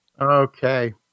okay